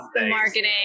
marketing